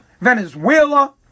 Venezuela